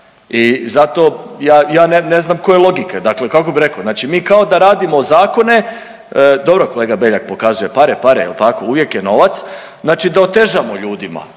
I zato ja, ja ne znam koja je logika. Znači kako bi rekao, mi kao da radimo zakone, dobro kolega Beljak pokazuje pare, pare jel tako, uvijek je novac, znači da otežamo ljudima